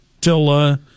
till